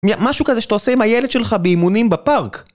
משהו כזה שאתה עושה עם הילד שלך באימונים בפארק